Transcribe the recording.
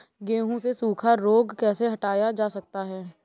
गेहूँ से सूखा रोग कैसे हटाया जा सकता है?